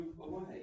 away